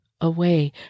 away